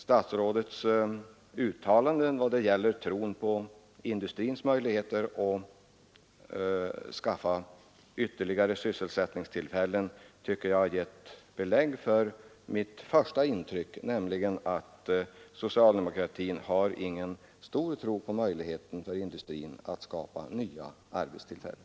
Statsrådets uttalande i vad gäller tron på industrins möjligheter att skapa ytterligare sysselsättningstillfällen har, tycker jag, gett belägg för mitt första intryck, nämligen att socialdemokratin inte har någon större tro på den möjligheten.